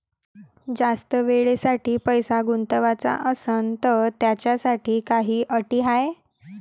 जास्त वेळेसाठी पैसा गुंतवाचा असनं त त्याच्यासाठी काही अटी हाय?